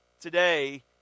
today